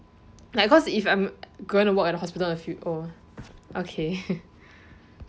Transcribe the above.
like of course if I'm like going to work at a hospital in a few oh okay